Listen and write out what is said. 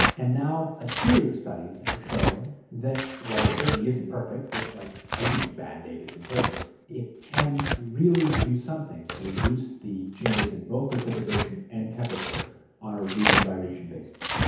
and now a series of studies have shown that while it certainly isn't perfect this, like any band-aid, isn't perfect it can really do something to reduce the changes in both precipitation and temperature on a region-by-region basis.